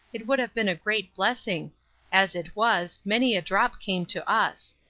it would have been a great blessing as it was, many a drop came to us.